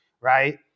right